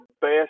best